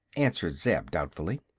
answered zeb, doubtfully.